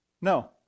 No